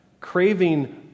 craving